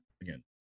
again